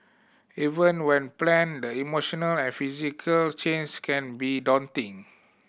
even when planned the emotional and physical changes can be daunting